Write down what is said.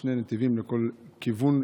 שני נתיבים לכל כיוון,